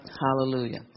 hallelujah